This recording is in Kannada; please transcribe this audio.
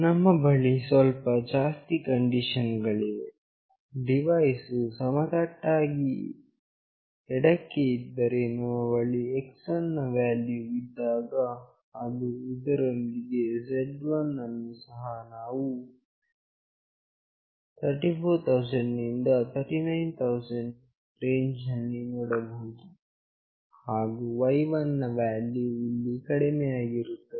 ನಮ್ಮ ಬಳಿ ಸ್ವಲ್ಪ ಜಾಸ್ತಿ ಕಂಡೀಷನ್ ಗಳಿವೆ ಡಿವೈಸ್ ವು ಸಮತಟ್ಟಾಗಿ ಎಡಕ್ಕೆ ಇದ್ದರೆ ನಮ್ಮ ಬಳಿ x1 ನ ವ್ಯಾಲ್ಯೂ ಇದ್ದಾಗ ಹಾಗು ಇದರೊಂದಿಗೆ z1 ಅನ್ನು ಸಹ ನಾವು 34000 ದಿಂದ 39000 ದ ರೇಂಜ್ ನಲ್ಲಿ ನೋಡಬಹುದು ಹಾಗು y1 ನ ವ್ಯಾಲ್ಯೂವು ಇಲ್ಲಿ ಕಡಿಮೆಯಾಗಿರುತ್ತದೆ